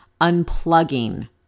unplugging